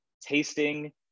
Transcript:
tasting